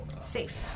Safe